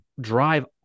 drive